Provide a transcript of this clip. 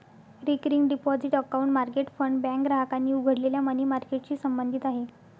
recurring deposit account market fund bank ग्राहकांनी उघडलेल्या money मार्केटशी संबंधित आहे